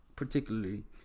Particularly